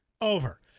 over